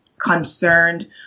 concerned